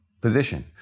position